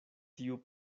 tiu